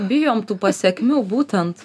bijome tų pasekmių būtent